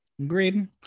agreed